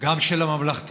גם של הממלכתיות,